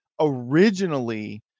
originally